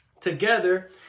together